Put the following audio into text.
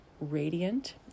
radiant